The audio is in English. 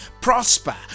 prosper